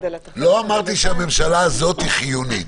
--- לא אמרתי שהממשלה הזאת היא חיונית,